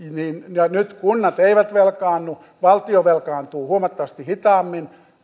nyt kunnat eivät velkaannu valtio velkaantuu huomattavasti hitaammin